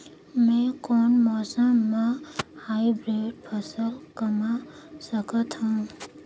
मै कोन मौसम म हाईब्रिड फसल कमा सकथव?